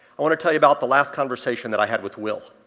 i want to tell you about the last conversation that i had with will.